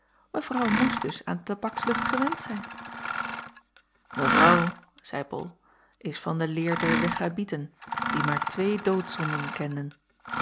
evrouw moest dus aan de tabakslucht gewend zijn evrouw zeî ol is van de leer der echabieten die maar twee doodzonden kennen